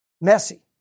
Messy